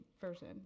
version